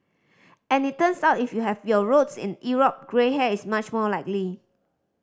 and it turns out if you have your roots in Europe grey hair is much more likely